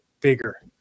bigger